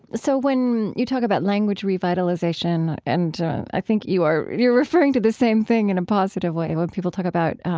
so when you talk about language revitalization and i think you are you are referring to the same thing in a positive way when people talk about